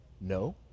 no